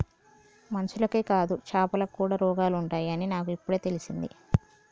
మనుషులకే కాదు చాపలకి కూడా రోగాలు ఉంటాయి అని నాకు ఇపుడే తెలిసింది